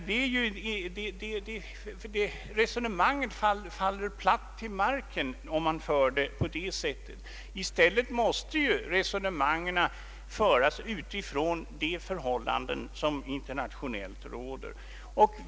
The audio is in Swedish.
Det resonemang herr Ståhle förde faller ju platt till marken, om man för det på detta sätt. I stället bör ju resonemangen föras med hänsyn till de förhållanden som råder internationellt.